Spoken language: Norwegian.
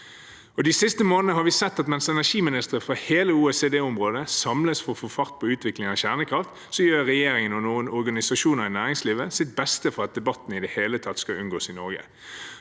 De siste månedene har vi sett at mens energiministre fra hele OECD-området samles for å få fart på utvikling av kjernekraft, gjør regjeringen og noen organisasjoner i næringslivet sitt beste for at debatten i det hele tatt skal unngås i Norge.